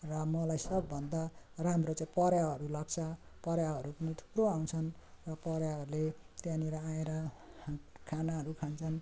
र मलाई सबभन्दा राम्रो चाहिँ परेवाहरू लाग्छ परेवाहरू पनि थुप्रो आउँछन् र परेवाहरूले त्यहाँनेर आएर खा खानाहरू खान्छन्